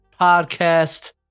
podcast